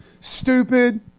stupid